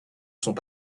sont